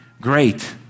great